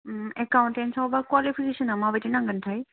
एकावनथेनस आवबा कुवालिफेकेसनआ माबायदि नांगोनथाय